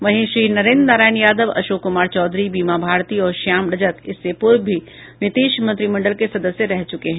वहीं श्री नरेंद्र नारायण यादव अशोक कुमार चौधरी बीमा भारती और श्याम रजक इससे पूर्व भी नीतीश मंत्रिमंडल के सदस्य रह चुके हैं